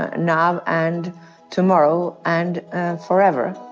ah now and tomorrow and forever